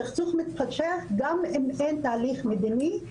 סכסוך מתמשך גם אם אין תהליך מדיני,